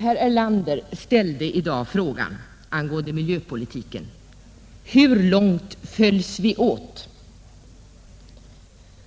Herr Erlander ställde i dag angående miljöpolitiken frågan: Hur långt följs vi åt?